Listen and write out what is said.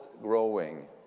growing